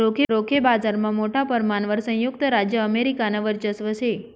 रोखे बाजारमा मोठा परमाणवर संयुक्त राज्य अमेरिकानं वर्चस्व शे